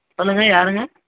சொல்லுங்கள் யாருங்க